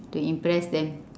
to impress them